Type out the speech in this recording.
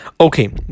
Okay